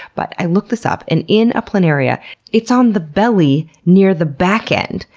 but i looked this up, and in a planaria it's on the belly near the back end,